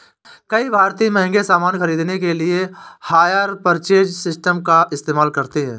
कई भारतीय महंगे सामान खरीदने के लिए हायर परचेज सिस्टम का इस्तेमाल करते हैं